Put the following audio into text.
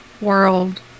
world